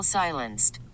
silenced